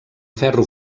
ferro